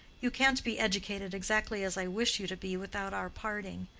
you can't be educated exactly as i wish you to be without our parting.